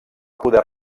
poder